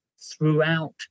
throughout